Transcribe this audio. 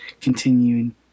continuing